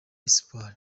espoir